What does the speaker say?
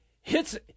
Hits